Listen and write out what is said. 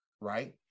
right